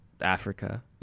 africa